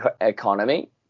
economy